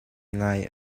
ngai